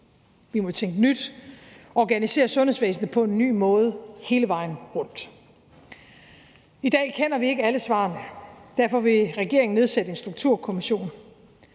Vi må tænke nyt, organisere sundhedsvæsenet på en ny måde hele vejen rundt. Kl. 13:28 I dag kender vi ikke alle svarene. Derfor vil regeringen nedsætte en strukturkommission,